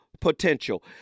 potential